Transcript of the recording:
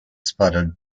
spotted